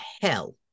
hell